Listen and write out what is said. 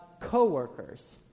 co-workers